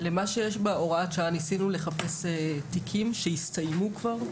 למה שיש בהוראת השעה ניסינו לחפש תיקים שהסתיימו כבר.